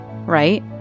right